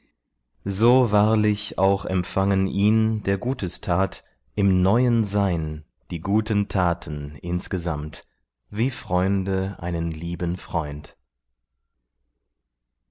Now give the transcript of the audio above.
so wahrlich auch empfangen ihn der gutes tat im neuen sein die guten taten insgesamt wie freunde einen lieben freund